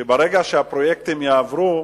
היא שברגע שהפרויקטים יעברו,